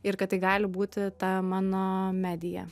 ir kad tai gali būti ta mano medija